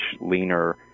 leaner